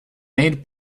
made